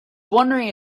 wondering